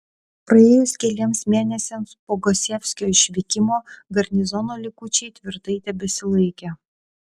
praėjus keliems mėnesiams po gosievskio išvykimo garnizono likučiai tvirtai tebesilaikė